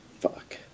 Fuck